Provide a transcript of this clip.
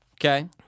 okay